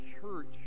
church